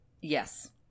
Yes